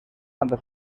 santa